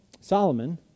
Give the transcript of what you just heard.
solomon